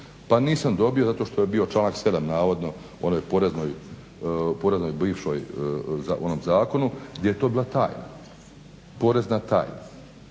Pa nisam dobio zato što je bio članak 7. navodno o onoj poreznoj bivšem zakonu je to bila tajna, porezna tajna,